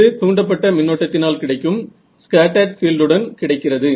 இது தூண்டப்பட்ட மின்னோட்டத்தினால் கிடைக்கும் ஸ்கேட்டர்ட் பீல்ட் உடன் கிடைக்கிறது